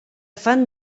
fan